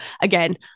again